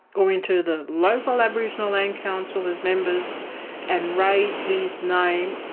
or into the local aboriginal land council as members and raise his name,